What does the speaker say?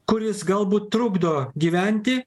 kuris galbūt trukdo gyventi